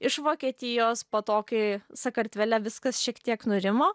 iš vokietijos po to kai sakartvele viskas šiek tiek nurimo